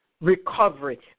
recovery